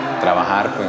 trabajar